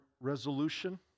resolution